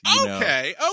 Okay